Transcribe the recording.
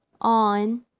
on